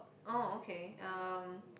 oh okay uh